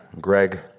Greg